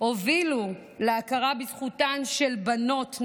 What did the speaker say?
הובילו להכרה בזכותן של בנות,